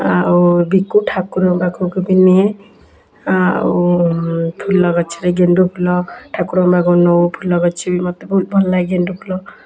ଆଉ ବିକୁ ଠାକୁରଙ୍କ ପାଖକୁ ବି ନିଏ ଆଉ ଫୁଲ ଗଛରେ ଗେଣ୍ଡୁ ଫୁଲ ଠାକୁରଙ୍କ ପାଖକୁ ନେଉ ଫୁଲ ଗଛ ବି ମୋତେ ବହୁତ ଭଲ ଲାଗେ ଗେଣ୍ଡୁ ଫୁଲ